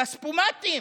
כספומטים.